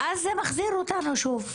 ואז זה מחזיר אותנו שוב,